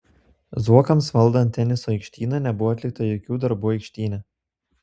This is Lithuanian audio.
zuokams valdant teniso aikštyną nebuvo atlikta jokių darbų aikštyne